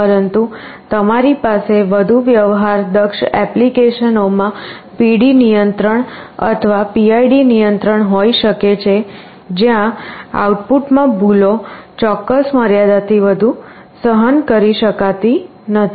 પરંતુ તમારી પાસે વધુ વ્યવહારદક્ષ એપ્લિકેશનોમાં PD નિયંત્રણ અથવા PID નિયંત્રણ હોઈ શકે છે જ્યાં આઉટપુટમાં ભૂલો ચોક્કસ મર્યાદાથી વધુ સહન કરી શકાતી નથી